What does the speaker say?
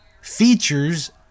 features